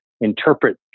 interpret